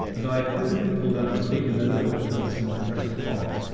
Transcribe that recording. and i accordingly pulled out my big leather book-purse from my breast pocket.